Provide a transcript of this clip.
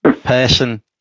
person